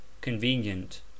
convenient